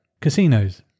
Casinos